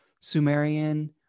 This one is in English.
Sumerian